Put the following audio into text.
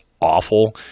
awful